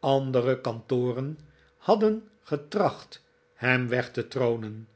andere kantoren hadden getracht hem weg te troonen